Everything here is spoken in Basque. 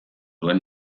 duen